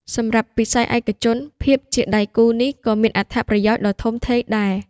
សម្រាប់វិស័យឯកជន ភាពជាដៃគូនេះក៏មានអត្ថប្រយោជន៍ដ៏ធំផងដែរ។